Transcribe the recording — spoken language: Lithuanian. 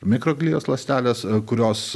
mikroglijos ląstelės kurios